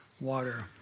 water